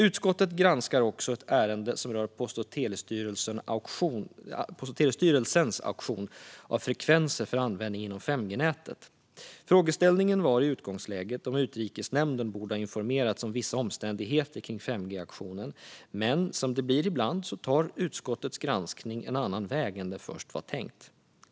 Utskottet granskar också ett ärende som rör Post och telestyrelsens auktion av frekvenser för användning inom 5G-nätet. Frågeställningen var i utgångsläget om Utrikesnämnden borde ha informerats om vissa omständigheter kring 5G-auktionen, men som det blir ibland tog utskottets granskning en annan väg än det först var tänkt.